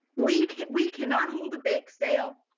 we can, we cannot hold a bake sale.